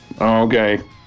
Okay